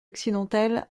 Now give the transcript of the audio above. occidentale